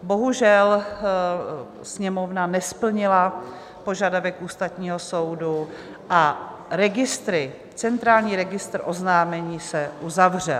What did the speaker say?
Bohužel, Sněmovna nesplnila požadavek Ústavního soudu a centrální registr oznámení se uzavřel.